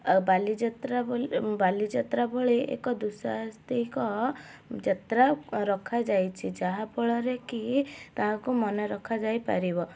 ଅ ବାଲିଯାତ୍ରା ବୋଲ ବାଲିଯାତ୍ରା ଭଳି ଏକ ଦୁଃସାହସିକ ଯାତ୍ରା ରଖା ଯାଇଛି ଯାହା ଫଳରେ କି ତାହାକୁ ମନେ ରଖାଯାଇ ପାରିବ